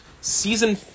season